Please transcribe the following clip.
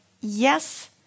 yes